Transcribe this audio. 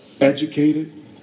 Educated